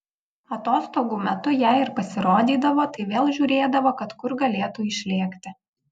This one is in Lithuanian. atostogų metu jei ir pasirodydavo tai vėl žiūrėdavo kad kur galėtų išlėkti